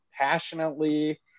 passionately